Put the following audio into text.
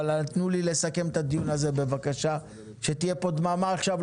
אבל תנו לי לסכם את הדיון הזה בבקשה ואני מבקש שתהיה פה דממה עכשיו.